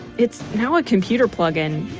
it's now a computer plug in.